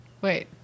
wait